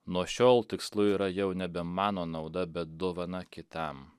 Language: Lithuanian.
nuo šiol tikslu yra jau nebe mano nauda bet dovana kitam